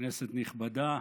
כנסת נכבדה,